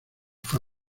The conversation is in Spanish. fue